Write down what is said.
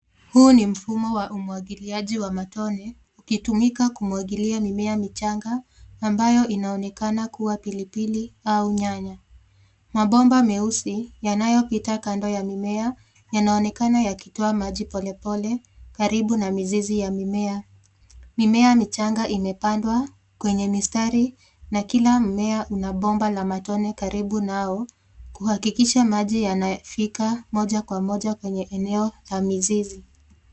Huu ni mfumo wa umwagiliaji wa matone ukitumika kumwagilia mimea michanga ambayo inaonekana kuwa pilipili au nyanya ,mabomba meusi yanayopita kando ya mimea yanaonekana yakitoa maji polepole karibu na mizizi ya mimea, mimea michanga imepandwa kwenye mistari na kila mmea una bomba la matone karibu nao kuhakikisha maji yanafika moja kwa moja kwenye eneo la mizizi.